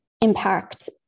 impact